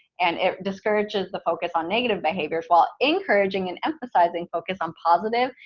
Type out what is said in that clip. and it discourages the focus on negative behaviors while encouraging and emphasizing focus on positive.